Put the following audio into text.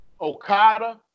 Okada